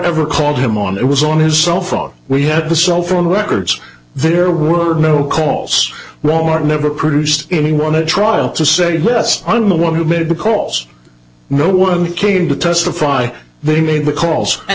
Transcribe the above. ever called him on it was on his cell phone we had the cell phone records there were no calls wal mart never produced anyone a trial to say less and no one who made the calls no one came to testify they made the calls and